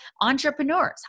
entrepreneurs